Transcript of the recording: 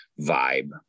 vibe